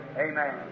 amen